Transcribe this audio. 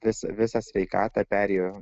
tas visa sveikata perėjo